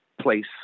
place